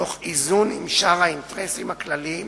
תוך איזון עם שאר האינטרסים הכלליים